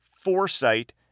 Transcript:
foresight